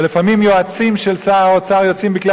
ולפעמים יועצים של שר האוצר יוצאים בכלי